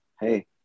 hey